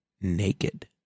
naked